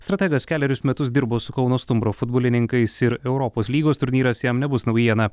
strategas kelerius metus dirbo su kauno stumbro futbolininkais ir europos lygos turnyras jam nebus naujiena